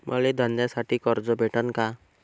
मले धंद्यासाठी कर्ज भेटन का?